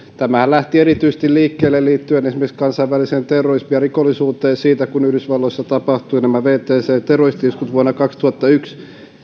tämähän lähti erityisesti liikkeelle liittyen esimerkiksi kansainväliseen terrorismiin ja rikollisuuteen siitä kun yhdysvalloissa tapahtui nämä wtc terroristi iskut vuonna kaksituhattayksi